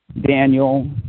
Daniel